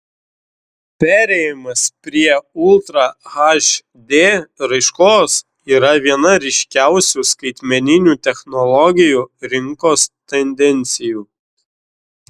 perėjimas prie ultra hd raiškos yra viena ryškiausių skaitmeninių technologijų rinkos tendencijų